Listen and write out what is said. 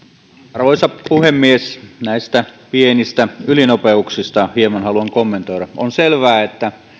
arvoisa puhemies näistä pienistä ylinopeuksista hieman haluan kommentoida on selvää että